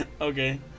Okay